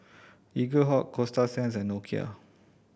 Eaglehawk Coasta Sands and Nokia